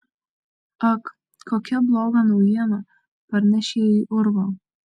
ak kokią blogą naujieną parneš jie į urvą